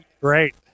Great